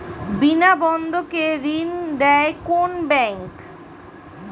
বিনা বন্ধকে ঋণ দেয় কোন ব্যাংক?